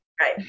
Right